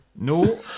No